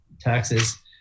taxes